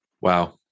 Wow